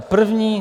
První?